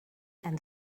and